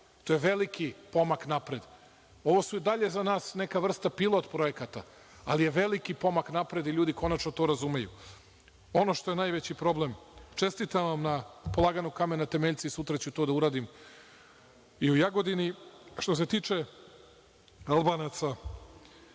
uđe je veliki pomak napred. Ovo je i dalje za nas neka vrsta pilot projekta, ali je veliki pomak napred i ljudi konačno to razumeju. Ono što je najveći problem, čestitam vam na polaganju kamena temeljca i sutra ću to da uradim i u Jagodini. Što se tiče Albanaca,